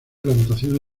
plantaciones